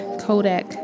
Kodak